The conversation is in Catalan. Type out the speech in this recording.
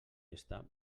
està